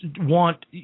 want